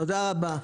תודה רבה.